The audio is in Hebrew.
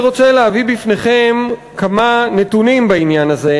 אני רוצה להביא בפניכם כמה נתונים בעניין הזה,